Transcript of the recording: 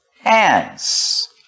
hands